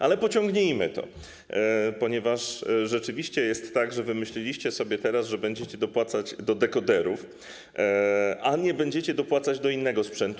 Ale pociągnijmy to, ponieważ rzeczywiście jest tak, że wymyśliliście sobie, że będziecie dopłacać do dekoderów, a nie będziecie dopłacać do innego sprzętu.